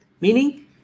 Meaning